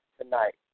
tonight